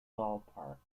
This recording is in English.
ballpark